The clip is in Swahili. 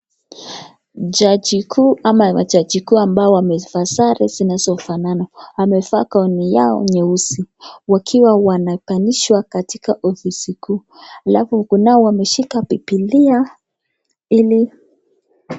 Jajikuu ama majajikuu ambao wamevaa sare zinazofanana. Wamevaa kauni yao nyeusi wakiwa wanapandishwa katika ofisi kuu. Alafu kunao wameshika Bibilia ili